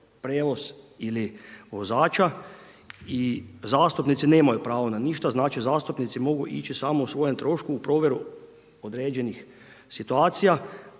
prijevoz ili vozača i zastupnici nemaju pravo na ništa, znači zastupnici mogu ići samo po svojem trošku u provjeru određenih situacija,